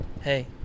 hey